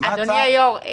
אדוני היו"ר,